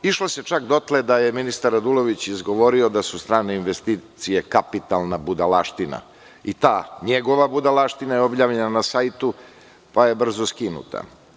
Išlo se čak dotle da je ministar Radulović izgovorio da su strane investicije kapitalna budalaština i ta njegova budalaština je objavljena na sajtu, pa je brzo skinuta.